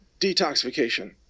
detoxification